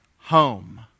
home